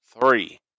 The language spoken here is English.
Three